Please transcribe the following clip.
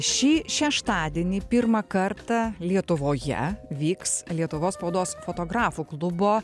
šį šeštadienį pirmą kartą lietuvoje vyks lietuvos spaudos fotografų klubo